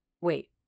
wait